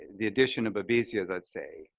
the addition of babesia, let's say,